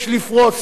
יש לפרוס,